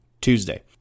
Tuesday